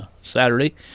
Saturday